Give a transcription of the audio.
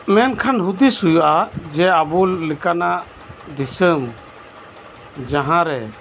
ᱢᱮᱱᱠᱷᱟᱱ ᱦᱩᱫᱤᱥ ᱦᱩᱭᱩᱜᱼᱟ ᱡᱮ ᱟᱵᱚ ᱞᱮᱠᱟᱱᱟᱜ ᱫᱤᱥᱟᱹᱢ ᱡᱟᱸᱦᱟᱨᱮ